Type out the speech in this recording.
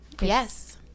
yes